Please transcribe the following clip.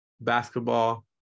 basketball